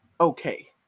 okay